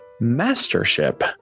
mastership